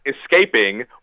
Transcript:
escaping